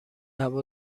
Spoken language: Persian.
هوا